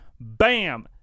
Bam